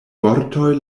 vortoj